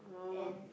and